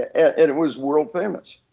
it it was world famous.